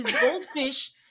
goldfish